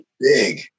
big